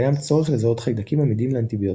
קיים צורך לזהות חיידקים עמידים לאנטיביוטיקה.